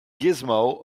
gizmo